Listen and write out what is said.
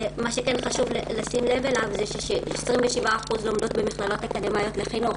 חשוב לשים לב לכך ש-27% לומדות במכללות אקדמאיות לחינוך.